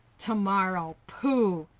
to-morrow. pooh!